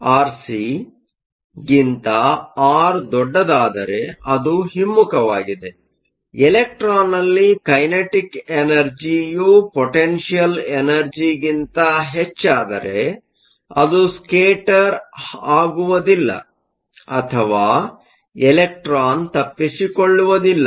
ಆರ್ಸಿಗಿಂತ R ದೊಡ್ಡದಾದರೆ ಅದು ಹಿಮ್ಮುಖವಾಗಿದೆ ಎಲೆಕ್ಟ್ರಾನ್ನಲ್ಲಿ ಕೈನೆಟಿಕ್ ಎನರ್ಜಿಯು ಪೋಟೆನ್ಷಿಯಲ್ ಎನರ್ಜಿಗಿಂತ ಹೆಚ್ಚಾದರೆ ಅದು ಸ್ಕೇಟರ್ಹಾಗುವುದಿಲ್ಲ ಅಥವಾ ಎಲೆಕ್ಟ್ರಾನ್ ತಪ್ಪಿಸಿಕೊಳ್ಳುವುದಿಲ್ಲ